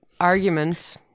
argument